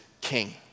king